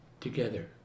together